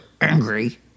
angry